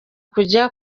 kujya